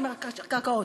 עם קרקעות.